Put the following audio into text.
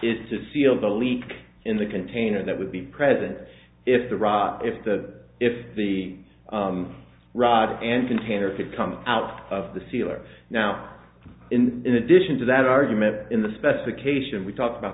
is to seal the leak in the container that would be present if the rod if the if the rod and container fit come out of the sealer now in addition to that argument in the specification we talk about